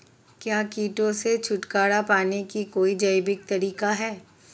क्या कीटों से छुटकारा पाने का कोई जैविक तरीका है?